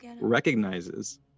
recognizes